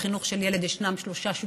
בחינוך של ילד ישנם שלושה שותפים: